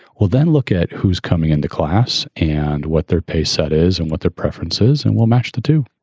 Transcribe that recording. well, then look at who's coming into class and what their pace set is and what their preferences and we'll match the two.